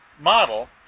model